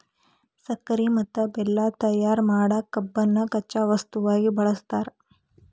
ಸಕ್ಕರಿ ಮತ್ತ ಬೆಲ್ಲ ತಯಾರ್ ಮಾಡಕ್ ಕಬ್ಬನ್ನ ಕಚ್ಚಾ ವಸ್ತುವಾಗಿ ಬಳಸ್ತಾರ